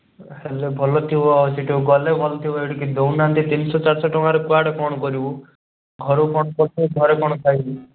ତା'ହେଲେ ଭଲ ଥିବ ସେଠିକି ଗଲେ ଭଲ ଥିବ ସେଠି କିଛି ଦେଉନାହାନ୍ତି ତିନି ଶହ ଚାରି ଶହ ଟଙ୍କାରେ କୁଆଡ଼େ କ'ଣ କରିବୁ ଘରକୁ କ'ଣ ଦେବୁ ଘରେ କ'ଣ ପାଇବ